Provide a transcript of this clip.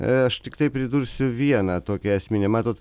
aš tiktai pridursiu vieną tokią esminę matot